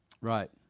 Right